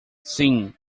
sim